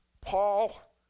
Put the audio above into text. Paul